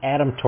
Adam